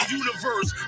universe